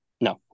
No